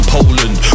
Poland